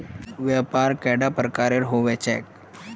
व्यापार कैडा प्रकारेर होबे चेक?